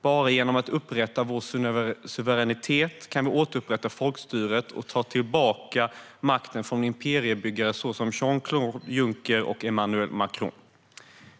Bara genom att återupprätta vår suveränitet kan vi återupprätta folkstyret och ta tillbaka makten från imperiebyggare såsom Jean-Claude Juncker och Emmanuel Macron.